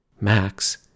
Max